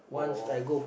oh oh